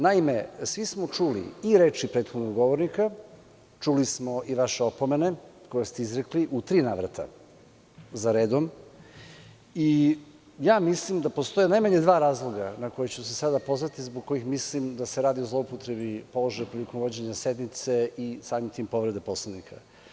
Naime, svi smo čuli i reči prethodnog govornika, čuli smo i vaše opomene, koje ste izrekli u tri navrata zaredom i ja mislim da postoje najmanje dva razloga na koje ću se sada pozvati, zbog kojih mislim da se radi o zloupotrebi položaja prilikom vođenja sednice i samim tim povrede Poslovnika.